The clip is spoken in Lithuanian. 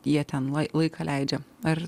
jie ten laiką leidžia ar